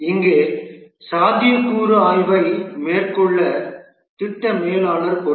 இங்கே சாத்தியக்கூறு ஆய்வை மேற்கொள்ள திட்ட மேலாளர் பொறுப்பு